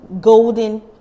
golden